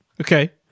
okay